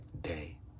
day